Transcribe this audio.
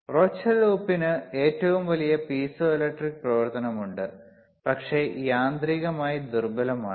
Rochelle ഉപ്പിന് ഏറ്റവും വലിയ പീസോ ഇലക്ട്രിക് പ്രവർത്തനം ഉണ്ട് പക്ഷേ യാന്ത്രികമായി ദുർബലമാണ്